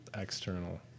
external